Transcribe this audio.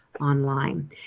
online